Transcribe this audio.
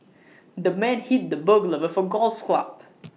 the man hit the burglar with A golf club